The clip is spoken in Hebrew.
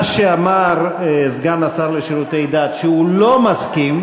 מה שאמר סגן השר לשירותי דת זה שהוא לא מסכים,